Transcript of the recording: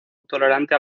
tolerante